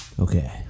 Okay